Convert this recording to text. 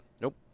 Nope